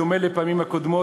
בדומה לפעמים הקודמות,